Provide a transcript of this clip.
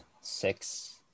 six